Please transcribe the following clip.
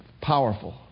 powerful